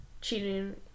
cheating